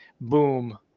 boom